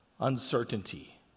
uncertainty